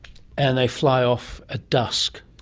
and they fly off at dusk.